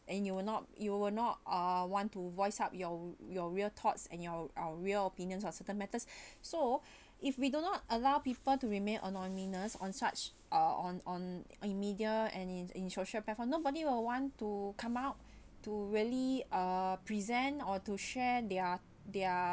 and you will not you will not uh want to voice out your your real thoughts and your uh real opinions on certain matters so if we do not allow people to remain anonymous on such uh on on on media and in in social platform nobody will want to come out to really a present or to share their their